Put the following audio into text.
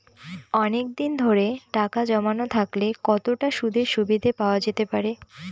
অনেকদিন ধরে টাকা জমানো থাকলে কতটা সুদের সুবিধে পাওয়া যেতে পারে?